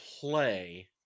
play